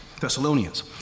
Thessalonians